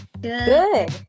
Good